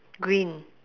green